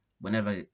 whenever